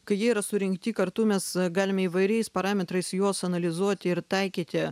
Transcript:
kai jie yra surinkti kartu mes galime įvairiais parametrais juos analizuoti ir taikyti